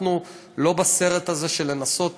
אנחנו לא בסרט הזה של לנסות